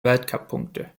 weltcuppunkte